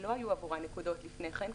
שלא היו עבורן נקודות לפני כן,